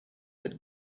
that